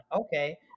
okay